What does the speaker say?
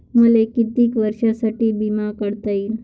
मले कितीक वर्षासाठी बिमा काढता येईन?